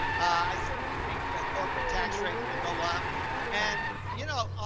i certainly think the corporate tax rate will go up and, you know,